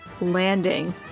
landing